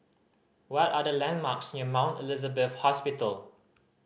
what are the landmarks near Mount Elizabeth Hospital